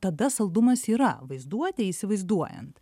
tada saldumas yra vaizduotėj įsivaizduojant